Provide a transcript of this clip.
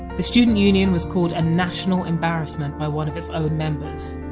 the student union was called a national embarrassment by one of its own members.